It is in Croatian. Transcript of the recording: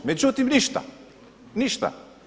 Međutim ništa, ništa.